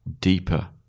deeper